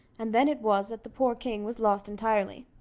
and then it was that the poor king was lost entirely.